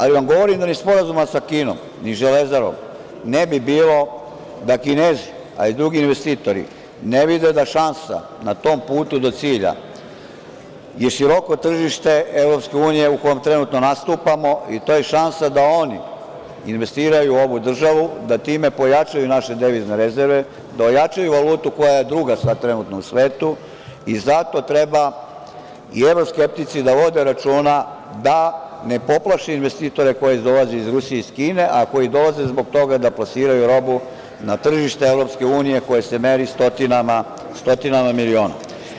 Ali vam govorim da ni sporazuma sa Kinom, ni Železarom, ne bi bilo da Kinezi, a i drugi investitori, ne vide da šansa na tom putu do cilja je široko tržište Evropske unije u kom trenutno nastupamo i to je šansa da oni investiraju u ovu državu, da time pojačaju naše devizne rezerve, da ojačaju valutu koja je trenutno druga u svetu i zato treba i evroskeptici da vode računa da ne poplaše investitore koji dolaze iz Rusije i Kine, a koji dolaze zbog toga da plasiraju robu na tržište Evropske unije koje se meri stotinama miliona.